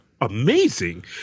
amazing